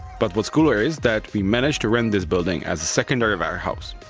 but what's cooler is that we managed to rent this building as a secondary warehouse.